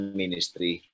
ministry